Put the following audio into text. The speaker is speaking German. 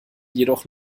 jedoch